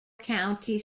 county